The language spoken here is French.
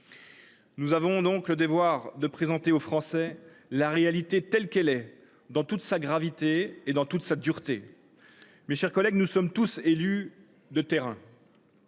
Nous avons le devoir de présenter aux Français la réalité telle qu’elle est, dans toute sa gravité et dans toute sa dureté. Mes chers collègues, nous sommes tous des élus de terrain.